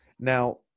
now